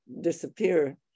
disappear